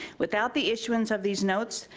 without the issuance of these notes,